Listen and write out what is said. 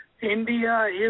India